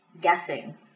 guessing